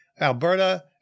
Alberta